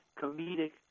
comedic